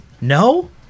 No